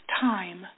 time